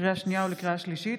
לקריאה שנייה ולקריאה שלישית: